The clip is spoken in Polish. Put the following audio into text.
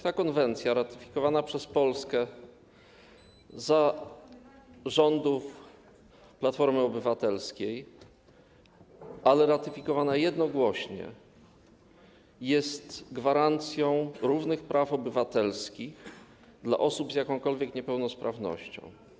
Ta konwencja, ratyfikowana przez Polskę za rządów Platformy Obywatelskiej, ale ratyfikowana jednogłośnie, jest gwarancją równych praw obywatelskich dla osób z jakąkolwiek niepełnosprawnością.